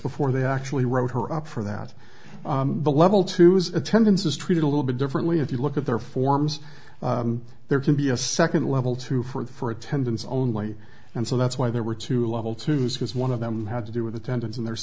before they actually wrote her up for that the level two was attendance is treated a little bit differently if you look at their forms there can be a second level two for attendance only and so that's why there were two level two schools one of them had to do with attendance and there's